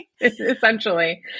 Essentially